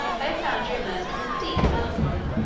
i have found you immersed in a deep melancholy,